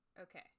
Okay